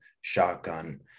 shotgun